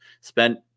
spent